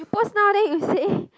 you post now then you say